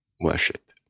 worship